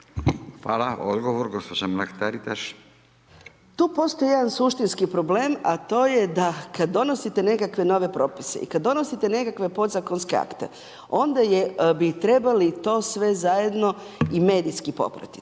**Mrak-Taritaš, Anka (GLAS)** Tu postoji jedan suštinski problem a to je da kad donosite nekakve nove propise i kad donosite nekakve podzakonske akte onda bi trebali to sve zajedno i medijski popratiti.